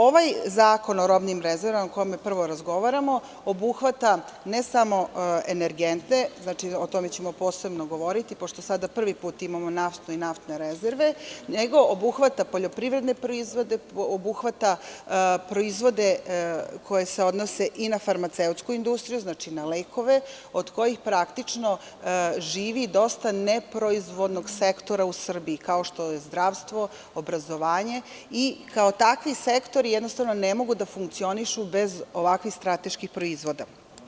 Ovaj zakon o robnim rezervama, o kome prvo razgovaramo, obuhvata ne samo energente, o tome ćemo posebno govoriti pošto sada prvi put imamo naftu i naftne rezerve, nego obuhvata poljoprivredne proizvode, obuhvata proizvode koji se odnose i na farmaceutsku industriju, na lekove, od kojih praktično živi dosta neproizvodnog sektora u Srbiji, kao što je zdravstvo, obrazovanje i kao takvi sektori jednostavno ne mogu da funkcionišu bez ovakvih strateških proizvoda.